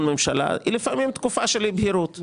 ממשלה היא לפעמים תקופה של אי בהירות.